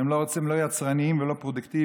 שהם לא יצרניים ולא פרודוקטיביים,